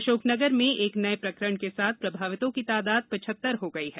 अशोकनगर में एक नये प्रकरण के साथ प्रभावितों की तादाद पिचहत्तर हो गई है